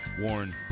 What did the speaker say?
Warren